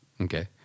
Okay